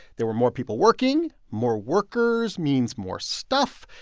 there were more people working. more workers means more stuff,